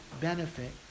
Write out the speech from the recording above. benefit